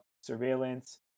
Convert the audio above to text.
surveillance